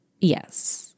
yes